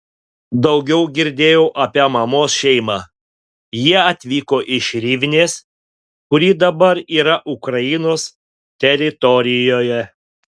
daugiau girdėjau apie mamos šeimą jie atvyko iš rivnės kuri dabar yra ukrainos teritorijoje